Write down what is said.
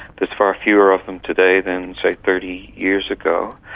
there's far fewer of them today than, say, thirty years ago.